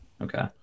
Okay